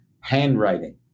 Handwriting